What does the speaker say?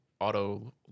auto